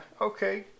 okay